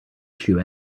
issue